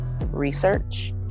research